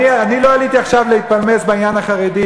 אני לא עליתי עכשיו להתפלמס בעניין החרדי,